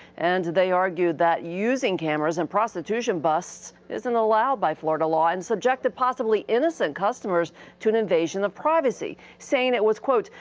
and they argued that using cameras in prostitution busts isn't allowed by florida law, and subjected possibly innocent customers to an invasion of privacy, saying it was, quote,